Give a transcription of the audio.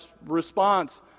response